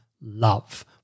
love